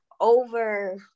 over